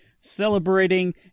celebrating